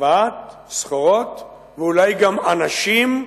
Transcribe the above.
הבאת סחורות ואולי גם אנשים,